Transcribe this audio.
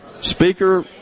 speaker